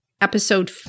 episode